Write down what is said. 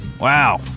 Wow